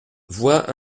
voie